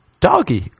doggy